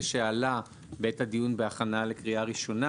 שעלה בעת הדיון בהכנה לקריאה ראשונה.